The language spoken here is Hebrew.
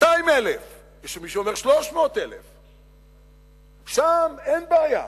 200,000, יש מי שאומר 300,000. שם אין בעיה